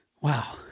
Wow